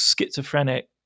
schizophrenic